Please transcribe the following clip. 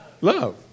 love